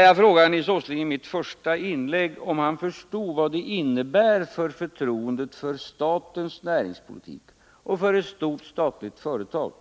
Jag frågade Nils Åsling i mitt första inlägg om han förstod vad det innebär för förtroendet för statens näringspolitik och för ett stort statligt företag